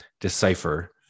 decipher